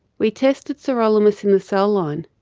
we tested sirolimus in the cell line,